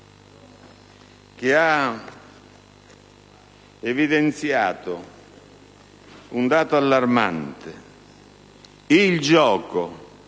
quale ha evidenziato un dato allarmante: il gioco,